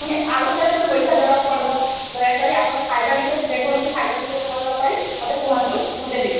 ପୁଣି ଆଉ ଥରେ ପୁଣି ପଇସା ଦେବାକୁ ପଡ଼ିବ ଦୟାକରି ଆପଣ ଖାଇବା ବିଷୟରେ ଯେକୌଣସି ଖାଇବା ବିଷୟରେ କହିବା ପାଇଁ ମୋତେ କୁହନ୍ତୁ ମୁଁ ଦେବି